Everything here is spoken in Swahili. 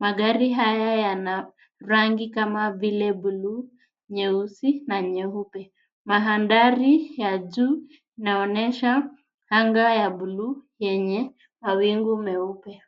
Magari hayo yana rangi mbalimbali, kama buluu, nyeusi, na njano. Hali ya juu inaonyesha anga la buluu lenye mawingu meupe